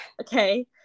Okay